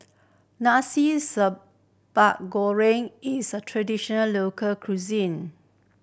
Nasi Sambal Goreng is a traditional local cuisine